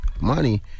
money